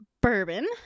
bourbon